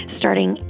starting